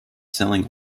selling